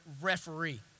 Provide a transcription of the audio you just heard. referee